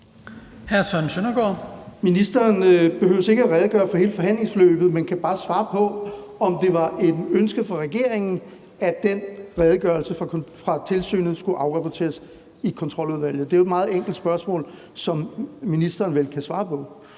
Ministeren behøver ikke at redegøre for hele forhandlingsforløbet, men kan bare svare på, om det var et ønske fra regeringens side, at den redegørelse fra tilsynet skulle afrapporteres i Kontroludvalget. Det er jo et meget enkelt spørgsmål, som ministeren vel kan svare på.